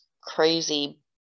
crazy